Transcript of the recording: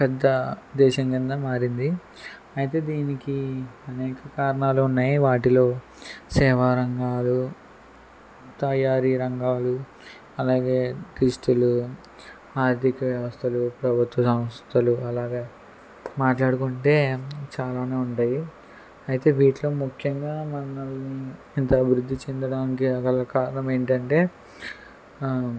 పెద్ద దేశం కింద మారింది అయితే దీనికి అనేక కారణాలు ఉన్నాయి వాటిలో సేవా రంగాలు తయారీ రంగాలు అలాగే క్రిష్టులు ఆర్థిక వ్యవస్థలు ప్రభుత్వ సంస్థలు అలాగే మాట్లాడుకుంటే చాలానే ఉన్నాయి అయితే వీటిలో ముఖ్యంగా మనల్ని ఇంత అభివృద్ధి చెందడానికి గల కారణం ఏంటంటే